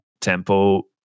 tempo